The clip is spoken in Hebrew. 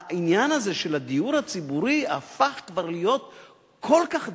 העניין הזה של הדיור הציבורי הפך כבר להיות כל כך דרמטי.